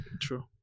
True